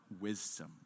Wisdom